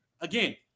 Again